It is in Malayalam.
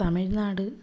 തമിഴ്നാട്